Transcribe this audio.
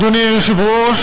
אדוני היושב-ראש,